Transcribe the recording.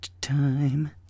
time